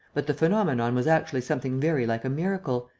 but the phenomenon was actually something very like a miracle,